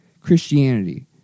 Christianity